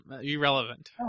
Irrelevant